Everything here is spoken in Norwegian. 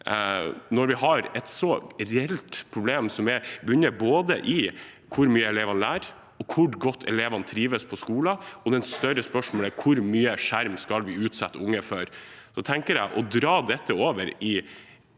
når vi har et reelt problem som bunner i både hvor mye elevene lærer, og hvor godt de trives på skolen. Det store spørsmålet er hvor mye skjerm vi skal utsette unge for, og da tenker jeg at å dra dette over i